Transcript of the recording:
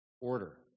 order